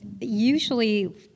usually